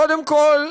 קודם כול,